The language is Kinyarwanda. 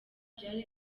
byari